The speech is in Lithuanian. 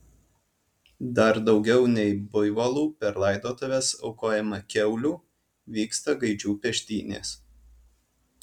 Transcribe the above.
dar daugiau nei buivolų per laidotuves aukojama kiaulių vyksta gaidžių peštynės